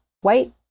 white